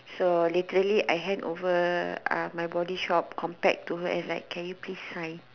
so literally I hand over my body shop compact to her and ask can you please sign